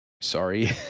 Sorry